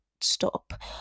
stop